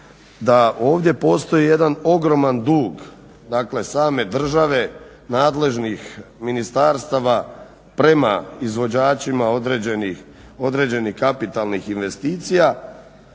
da ovdje postoji jedan ogroman dug, dakle same države, nadležnih ministarstava prema izvođačima određenih kapitalnih investicija,